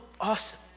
awesome